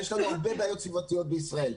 יש לנו הרבה בעיות סביבתיות בישראל.